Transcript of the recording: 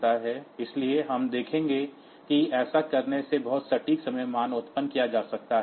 इसलिए हम देखेंगे कि ऐसा करने से बहुत सटीक समय मान उत्पन्न किए जा सकते हैं